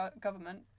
government